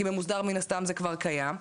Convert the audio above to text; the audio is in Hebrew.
כי במוסדר מן הסתם זה כבר קיים.